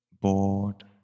bored